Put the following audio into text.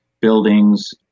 buildings